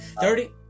thirty